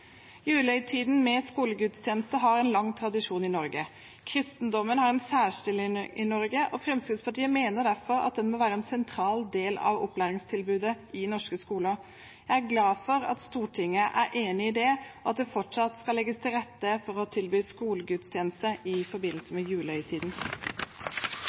Julehøytiden med skolegudstjeneste har en lang tradisjon i Norge. Kristendommen har en særstilling i Norge, og Fremskrittspartiet mener derfor at den må være en sentral del av opplæringstilbudet i norske skoler. Jeg er glad for at Stortinget er enig i det, og at det fortsatt skal legges til rette for å tilby skolegudstjeneste i forbindelse